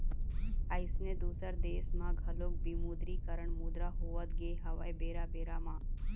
अइसने दुसर देश म घलोक विमुद्रीकरन मुद्रा होवत गे हवय बेरा बेरा म